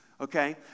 okay